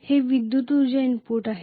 हे विद्युत उर्जा इनपुट आहे